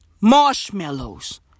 Marshmallows